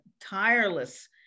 tireless